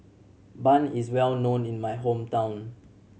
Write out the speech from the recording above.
bun is well known in my hometown